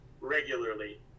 regularly